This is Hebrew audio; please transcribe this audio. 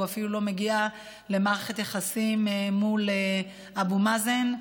אפילו לא מגיע למערכת יחסים מול אבו מאזן,